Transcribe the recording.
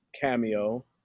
cameo